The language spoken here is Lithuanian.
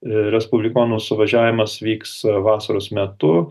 e respublikonų suvažiavimas vyks vasaros metu